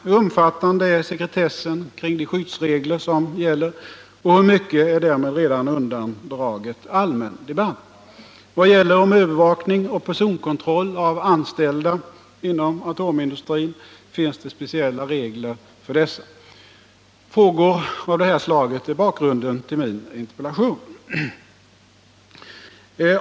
Hur omfattande är sekretessen kring de skyddsregler som gäller, och hur mycket är därmed redan undandraget allmän debatt? Vad gäller om övervakning och personkontroll av anställda inom atomindustrin? Finns det speciella regler för detta? Frågor av det här slaget är bakgrunden till min interpellation.